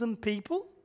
people